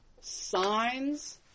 signs